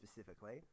specifically